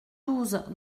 douze